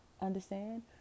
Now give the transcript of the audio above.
Understand